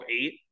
eight